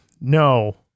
no